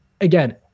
again